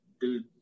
Dude